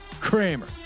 Kramer